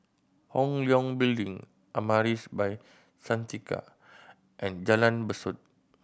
Hong Leong Building Amaris By Santika and Jalan Besut